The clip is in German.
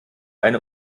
eine